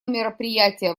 мероприятие